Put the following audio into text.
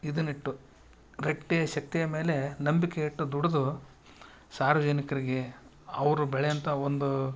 ಇದು ನಿಟ್ಟು ಗಟ್ಟಿಯ ಶಕ್ತಿಯ ಮೇಲೆ ನಂಬಿಕೆ ಇಟ್ಟು ದುಡಿದು ಸಾರ್ವಜನಿಕರಿಗೆ ಅವ್ರು ಬೆಳೆಯಂಥ ಒಂದು